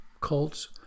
cults